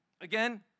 Again